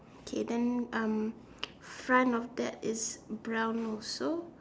okay then um front of that is brown also